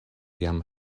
jam